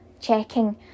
checking